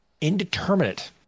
indeterminate